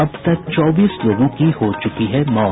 अब तक चौबीस लोगों की हो चुकी है मौत